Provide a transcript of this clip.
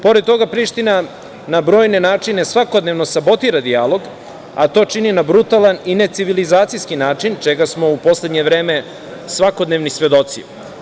Pored toga, Priština na brojne načine svakodnevno sabotira dijalog, a to čini na brutalan i necivilizacijski način, čega smo u poslednje vreme svakodnevni svedoci.